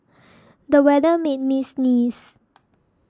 the weather made me sneeze